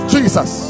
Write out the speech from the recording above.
Jesus